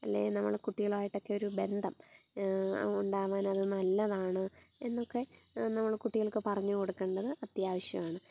അല്ലെങ്കിൽ നമ്മൾ കുട്ടികളായിട്ടൊക്കെ ഒരു ബന്ധം ഉണ്ടാവാൻ അത് നല്ലതാണ് എന്നൊക്കെ നമ്മൾ കുട്ടികൾക്ക് പറഞ്ഞ് കൊടുക്കേണ്ടത് അത്യാവശ്യമാണ്